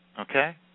Okay